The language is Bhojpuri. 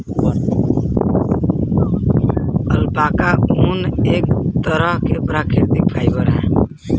अल्पाका ऊन, एक तरह के प्राकृतिक फाइबर ह